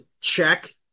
check